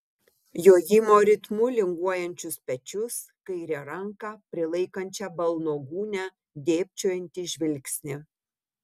jojimo ritmu linguojančius pečius kairę ranką prilaikančią balno gūnią dėbčiojantį žvilgsnį